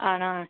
ആണോ